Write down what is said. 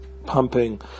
pumping